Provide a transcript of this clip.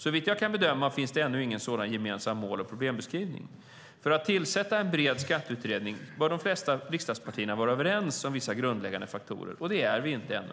Såvitt jag kan bedöma finns ännu inte sådana gemensamma mål eller problembeskrivningar. För att tillsätta en bred skatteutredning bör de flesta riksdagspartierna vara överens om vissa grundläggande faktorer. Där är vi inte ännu.